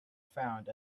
found